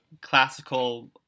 classical